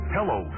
Hello